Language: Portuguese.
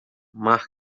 mar